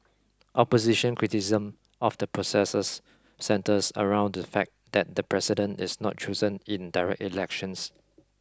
opposition criticism of the processes centres around the fact that the president is not chosen in direct elections